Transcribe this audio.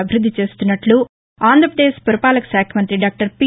అభివృద్ది చేస్తున్నట్లు ఆంధ్రపదేశ్ పురపాలక శాఖ మంతి డాక్టర్ పి